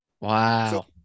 Wow